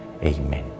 Amen